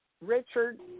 Richard